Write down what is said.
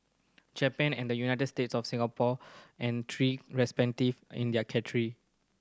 Japan and the United States of Singapore and three respective in their country